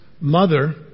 mother